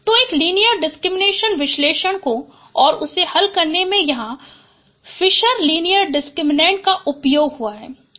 तो एक linear discriminant विश्लेषण को और उसे हल करने में यहाँ फिशर लीनियर डिसक्रिमिनेंट का उपयोग हुआ है